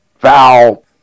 Val